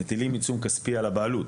מטילים עיצום כספי על הבעלות.